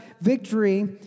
victory